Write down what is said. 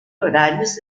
horarios